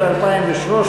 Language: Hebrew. אין נמנעים.